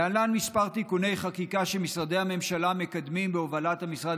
להלן כמה תיקוני חקיקה שמשרדי הממשלה מקדמים בהובלת המשרד